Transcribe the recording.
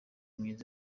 myiza